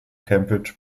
cambridge